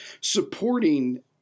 supporting